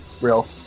Real